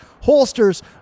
holsters